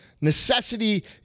Necessity